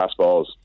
fastballs